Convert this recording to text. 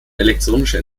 elektronische